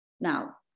now